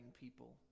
people